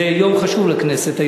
זה יום חשוב לכנסת,